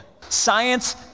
science